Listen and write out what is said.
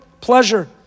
pleasure